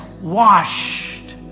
washed